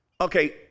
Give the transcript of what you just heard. okay